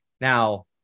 Now